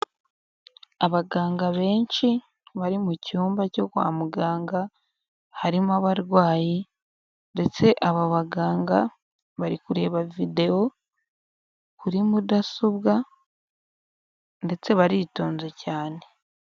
Abaganga benshi bari mucyumba cyo kwa muganga, harimo abarwayi, ndetse aba baganga bari kureba videwo kuri mudasobwa, ndetse baritonze cyane.